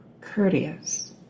Courteous